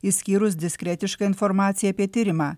išskyrus diskretišką informaciją apie tyrimą